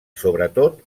sobretot